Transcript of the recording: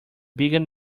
bigger